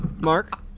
Mark